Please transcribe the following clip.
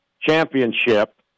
championship